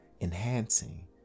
enhancing